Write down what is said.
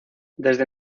desde